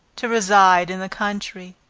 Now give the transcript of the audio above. to reside in the country,